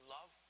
Love